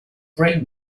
brain